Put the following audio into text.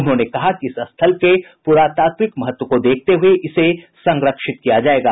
उन्होंने कहा कि इस स्थल के पुरातात्विक महत्व को देखते हुए इसे संरक्षित किया जायेगा